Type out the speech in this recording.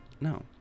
No